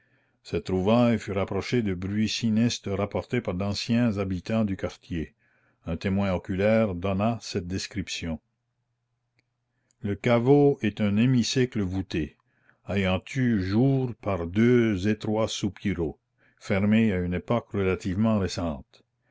cette trouvaille fut rapprochée de bruits sinistres rapportés par d'anciens habitants du quartier un témoin oculaire donna cette description le caveau est un hémicycle voûté ayant eu jour par deux étroits soupiraux fermés à une époque relativement récente